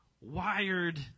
wired